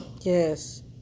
Yes